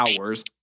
hours